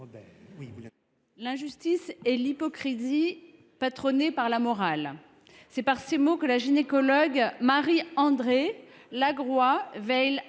L’injustice est l’hypocrisie patronnée par la morale. » C’est par ces mots que la gynécologue Marie Andrée Lagroua Weill Hallé,